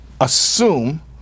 assume